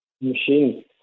machine